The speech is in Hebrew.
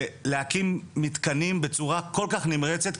ולהקים מתקנים בצורה כל כך נמרצת,